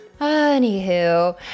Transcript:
Anywho